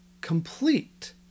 complete